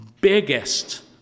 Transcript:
biggest